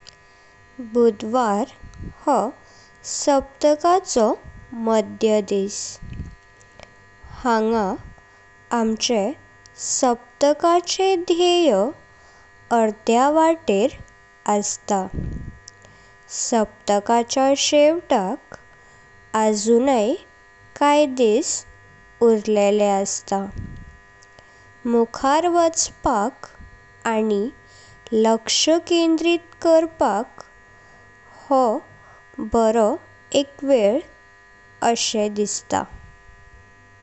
बुधवार हो सप्तकाचो मध्य दिस। हांगां आमचे सप्तकाचे ध्येय अर्ध्या वाटेर अस्तां। सप्तकाच शेवटाक आजुनेकांय दिवस उरलेलें अस्तां। मुखार वाचपाक आनी लक्ष केंद्रित करपाक हो बार वेल अशें दिसता।